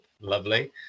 Lovely